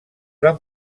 van